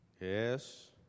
Yes